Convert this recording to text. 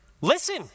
Listen